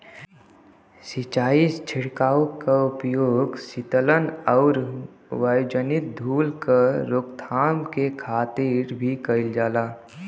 सिंचाई छिड़काव क उपयोग सीतलन आउर वायुजनित धूल क रोकथाम के खातिर भी कइल जाला